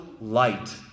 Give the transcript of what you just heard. light